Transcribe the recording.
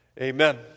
Amen